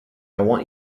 want